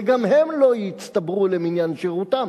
וגם הם לא יצטברו למניין שירותם,